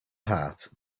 heart